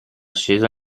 sceso